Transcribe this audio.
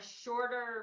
shorter